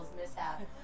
mishap